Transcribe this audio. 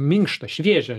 minkštą šviežią